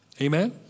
Amen